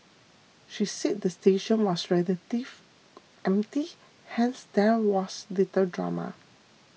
she said the station was relatively empty hence there was little drama